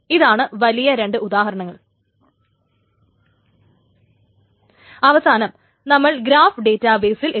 ഇതാണ് വലിയ രണ്ട് ഉദാഹരണങ്ങൾ അവസാനം നമ്മൾ ഗ്രാഫ് ഡേറ്റാബേസിൽ എത്തി